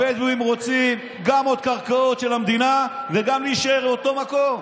הבדואים רוצים גם עוד קרקעות של המדינה וגם להישאר באותו מקום,